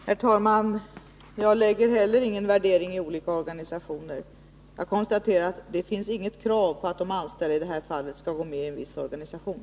Herr talman! Inte heller jag lägger någon värdering i vilka organisationer det gäller. Jag konstaterar bara att det inte finns något krav på att de anställda i det här fallet skall gå med i en viss organisation.